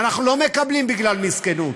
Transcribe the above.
אנחנו לא מקבלים בגלל מסכנות,